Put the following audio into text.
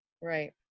Right